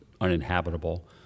uninhabitable